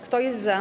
Kto jest za?